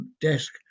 desk